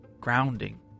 grounding